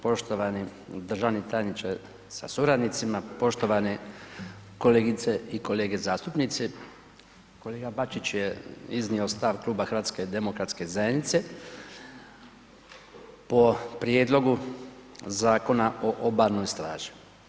Poštovani državni tajniče sa suradnicima, poštovane kolegice i kolege zastupnici, kolega Bačić je iznio stav kluba HDZ-a po prijedlogu Zakona o Obalnoj straži.